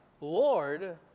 Lord